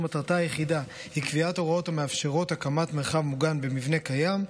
מטרתה היחידה היא קביעת הוראות המאפשרות הקמת מרחב מוגן במבנה הקיים,